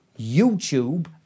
youtube